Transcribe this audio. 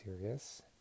serious